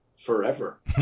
forever